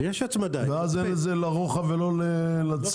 ואז זה לא חל לרוחב או לצד.